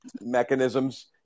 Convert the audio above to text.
mechanisms